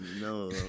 No